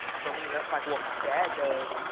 for me, that's like what my dad does.